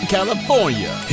California